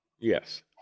Yes